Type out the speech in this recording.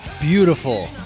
beautiful